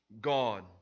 God